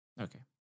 Okay